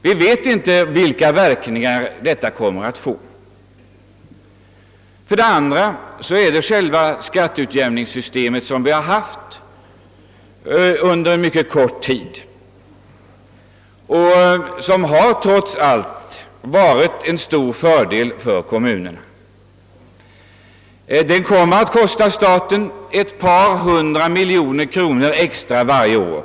Vi vet inte vilka verkningar detta kommer att få. Ett annat skäl är själva skatteutjämningssystemet, som tillämpats under mycket kort tid och som trots allt inneburit en stor fördel för kommunerna. Detta system kommer att kosta staten ett par hundra miljoner kronor som tillägg varje år.